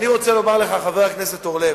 חבר הכנסת אורלב,